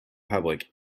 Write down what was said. public